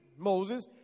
Moses